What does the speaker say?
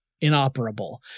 inoperable